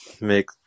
make